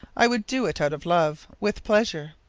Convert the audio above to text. i would do it out of love, with pleasure.